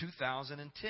2010